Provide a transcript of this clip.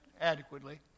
adequately